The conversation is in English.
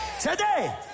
today